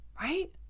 Right